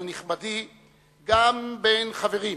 אבל, נכבדי, גם בין חברים,